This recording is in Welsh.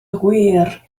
wir